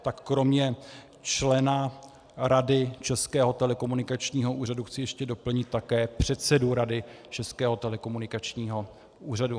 Tak kromě člena rady Českého telekomunikačního úřadu chci ještě doplnit také předsedu rady Českého telekomunikačního úřadu.